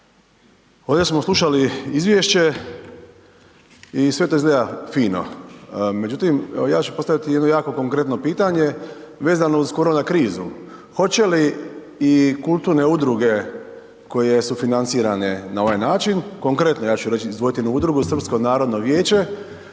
Ovdje smo slušali izvješće i sve to izgleda fino. Međutim, evo ja ću postaviti jedno jako konkretno pitanje vezano uz korona krizu. Hoće li i kulturne udruge koje su financirane na ovaj način, konkretno, ja ću reći, izdvojiti jednu udrugu, Srpsko narodno vijeće,